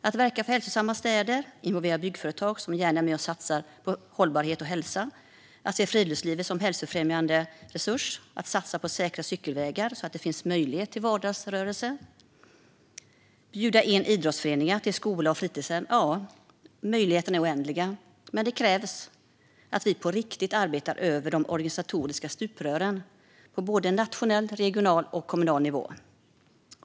Man kan verka för hälsosamma städer, involvera byggföretag som gärna är med och satsar på hållbarhet och hälsa, se friluftslivet som en hälsofrämjande resurs, satsa på säkra cykelvägar så att det finns möjlighet till vardagsrörelse och bjuda in idrottsföreningarna till skola och fritidshem - ja, möjligheterna är oändliga. Men det krävs att vi på riktigt arbetar över de organisatoriska stuprören på nationell, regional och kommunal nivå. Fru talman!